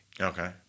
Okay